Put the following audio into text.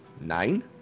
Nine